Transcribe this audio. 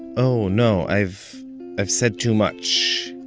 oh no, i've i've said too much.